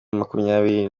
makumyabiri